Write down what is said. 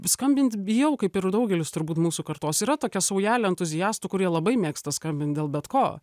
skambint bijau kaip ir daugelis turbūt mūsų kartos yra tokia saujelė entuziastų kurie labai mėgsta skambint dėl bet ko